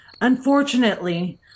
Unfortunately